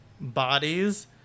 bodies